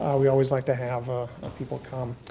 we always like to have ah ah people come.